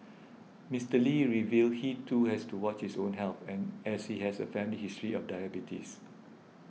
Mister Lee revealed he too has to watch his own health and as he has a family history of diabetes